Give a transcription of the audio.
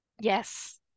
Yes